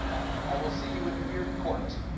i'll see you in beard court.